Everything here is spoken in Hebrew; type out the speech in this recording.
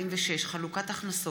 146) (חלוקת הכנסות),